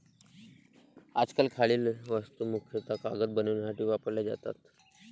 आजकाल खालील वस्तू मुख्यतः कागद बनवण्यासाठी वापरल्या जातात